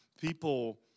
people